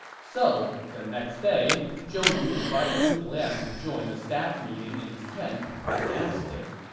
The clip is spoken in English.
so, the next day, zhou yu invited zhuge liang to join a staff meeting in his tent and asked him,